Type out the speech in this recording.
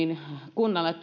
kunnan